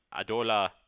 Adola